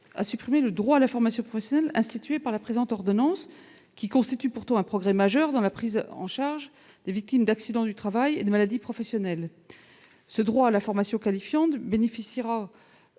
à supprimer le droit à la formation professionnelle institué par la présente ordonnance, qui constitue pourtant un progrès majeur dans la prise en charge des victimes d'accidents du travail et de maladies professionnelles. Ce droit à la formation qualifiante bénéficiera,